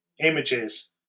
images